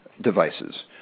devices